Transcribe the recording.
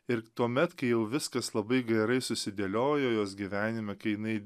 ir tuomet kai jau viskas labai gerai susidėliojo jos gyvenime kai jinai